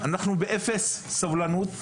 אנחנו באפס סובלנות,